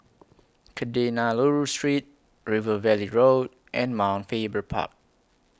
Kadayanallur Street River Valley Road and Mount Faber Park